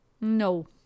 no